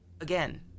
Again